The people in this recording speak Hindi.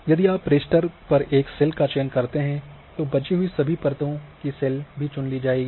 यदि आप रास्टर पर एक सेल का चयन करते हैं तो बची हुई सभी परतों की सेल भी चुन ली जाएगी